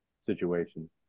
situation